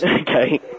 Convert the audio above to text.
Okay